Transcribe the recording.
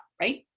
Right